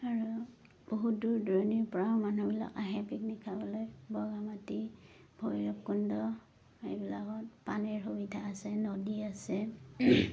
আৰু বহুত দূৰ দূৰণিৰপৰাও মানুহবিলাক আহে পিকনিক খাবলৈ বগামাটি ভৈৰৱকুণ্ড এইবিলাকত পানীৰ সুবিধা আছে নদী আছে